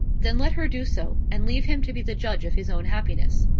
then let her do so, and leave him to be the judge of his own happiness.